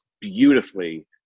beautifully